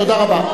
תודה רבה.